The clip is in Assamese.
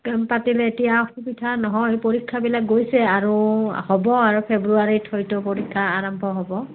কেম্প পাতিলে এতিয়া অসুবিধা নহয় পৰীক্ষাবিলাক গৈছে আৰু হ'ব আৰু ফেব্ৰুৱাৰীত হয়তো পৰীক্ষা আৰম্ভ হ'ব